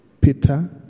Peter